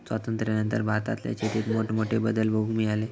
स्वातंत्र्यानंतर भारतातल्या शेतीत मोठमोठे बदल बघूक मिळाले